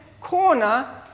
corner